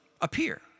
appear